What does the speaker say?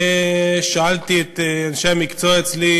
שאלתי את אנשי המקצוע אצלי: